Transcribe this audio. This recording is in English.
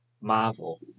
Marvel